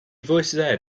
voiced